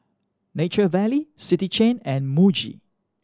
Nature Valley City Chain and Muji